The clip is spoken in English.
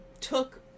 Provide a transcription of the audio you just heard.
took